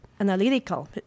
analytical